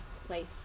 place